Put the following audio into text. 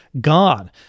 gone